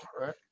right